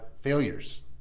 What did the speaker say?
failures